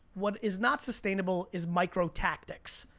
what is not sustainable is micro tactics.